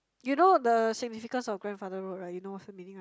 you know the significance of grandfather road right you know what's the meaning right